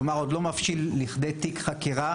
כלומר עוד לא מבשיל לכדי תיק חקירה.